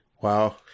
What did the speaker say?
Wow